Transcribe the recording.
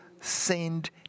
send